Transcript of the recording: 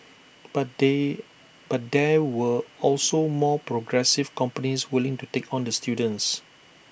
but they but there were also more progressive companies willing to take on the students